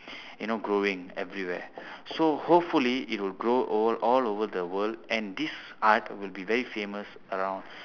you know growing everywhere so hopefully it will grow over all over the world and this art will be very famous around